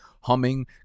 humming